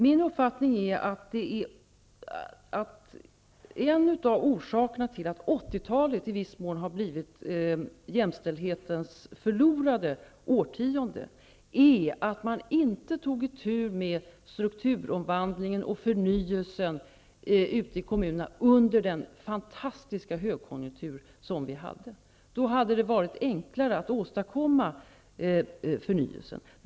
Min uppfattning är, att en av orsakerna till att 80 talet i viss mån blev jämställdhetens förlorade årtionde är att man inte tog itu med strukturomvandlingen och förnyelsen ute i kommunerna under den fantastiska högkonjunkturen. Då hade det varit enklare att åstadkomma förnyelsen.